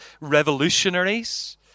revolutionaries